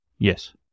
Yes